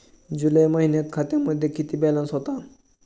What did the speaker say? जुलै महिन्यात खात्यामध्ये किती बॅलन्स होता?